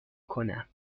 کنم